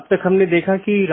आज हम BGP पर चर्चा करेंगे